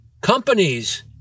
companies